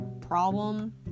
problem